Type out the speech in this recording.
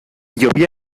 llovía